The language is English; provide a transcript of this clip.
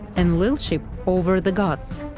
enlilship over the gods,